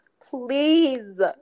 please